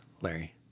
Larry